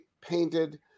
painted